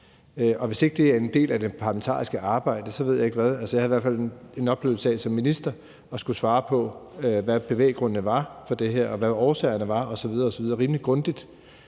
og hvis ikke det er en del af det parlamentariske arbejde, ved jeg ikke hvad. Jeg havde i hvert fald en oplevelse af som minister at skulle svare på, hvad bevæggrundene for det her var, og hvad årsagerne var osv. osv., rimelig grundigt.